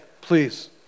please